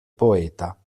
poeta